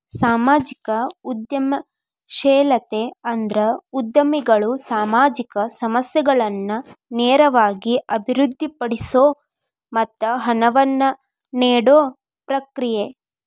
ಸಾಮಾಜಿಕ ಉದ್ಯಮಶೇಲತೆ ಅಂದ್ರ ಉದ್ಯಮಿಗಳು ಸಾಮಾಜಿಕ ಸಮಸ್ಯೆಗಳನ್ನ ನೇರವಾಗಿ ಅಭಿವೃದ್ಧಿಪಡಿಸೊ ಮತ್ತ ಹಣವನ್ನ ನೇಡೊ ಪ್ರಕ್ರಿಯೆ